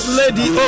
lady